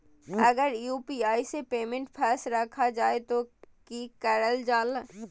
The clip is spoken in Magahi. अगर यू.पी.आई से पेमेंट फस रखा जाए तो की करल जाए?